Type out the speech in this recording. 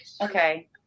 okay